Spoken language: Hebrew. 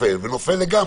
נופל לגמרי,